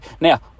Now